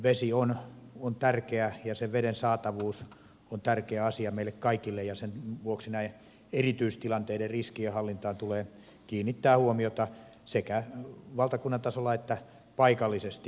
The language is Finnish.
vesi on tärkeä ja veden saatavuus on tärkeä asia meille kaikille ja sen vuoksi erityistilanteiden riskien hallintaan tulee kiinnittää huomiota sekä valtakunnan tasolla että paikallisesti